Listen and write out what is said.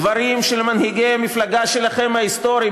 דברים שלמנהיגי המפלגה שלכם ההיסטוריים,